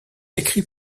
écrit